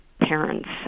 parents